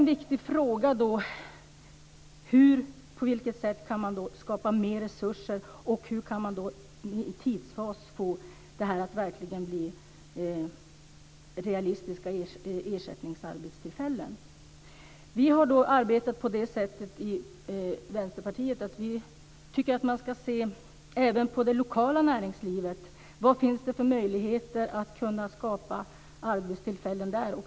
En viktig fråga är alltså hur man kan skapa mer resurser och hur man tidsfasat kan få till stånd realistiska ersättningsarbetstillfällen. Vi i Vänsterpartiet tycker att man ska titta närmare även på det lokala näringslivet. Vilka möjligheter finns det när det gäller att skapa arbetstillfällen där?